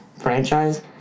franchise